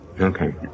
Okay